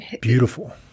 beautiful